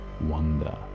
wonder